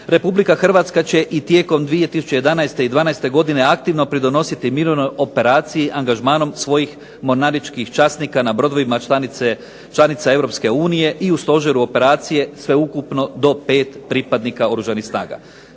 Republika Hrvatska će i tijekom 2011. i '12. godine aktivno pridonositi mirovnoj operaciji angažmanom svojih mornaričkih časnika na brodovima članica Europske unije i u stožeru operacije sveukupno do pet pripadnika Oružanih snaga.